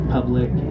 Public